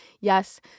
Yes